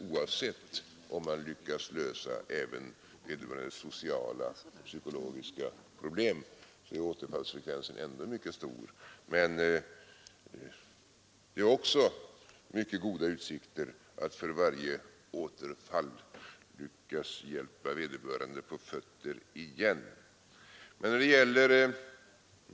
Även om man lyckas lösa vederbörandes sociala och psykologiska problem är återfallsprocenten mycket stor. Men det är också mycket goda utsikter att för varje återfall hjälpa vederbörande på fötter igen.